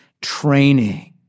training